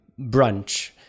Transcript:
Brunch